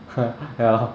ya lor